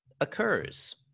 occurs